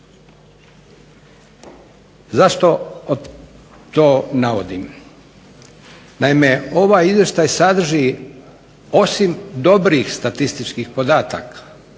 Zašto to navodim? Naime, ovaj izvještaj sadrži osim dobrih statističkih podataka